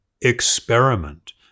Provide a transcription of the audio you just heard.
experiment